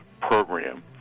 program